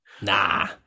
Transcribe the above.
Nah